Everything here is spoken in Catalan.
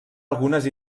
algunes